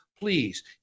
please